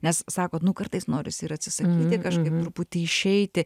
nes sakot nu kartais norisi ir atsisakyti kažkaip truputį išeiti